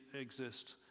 exist